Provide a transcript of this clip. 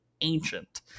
ancient